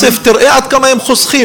תראה עד כמה הם חוסכים.